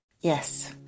Yes